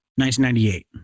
1998